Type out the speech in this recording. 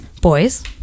Boys